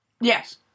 Yes